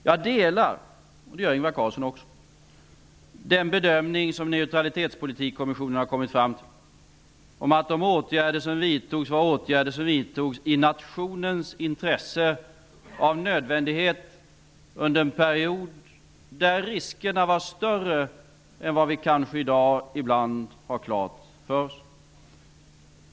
Jag delar liksom också Ingvar Carlsson den bedömning som Neutralitetspolitikskommissionen har kommit fram till, att de åtgärder som vidtogs genomfördes i nationens intresse och av nödvändighet, under en period då riskerna var större än vad vi i dag ibland kanske har klart för oss.